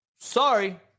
sorry